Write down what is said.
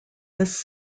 this